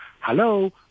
Hello